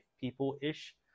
people-ish